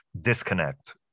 disconnect